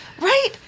right